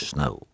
Snow